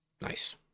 Nice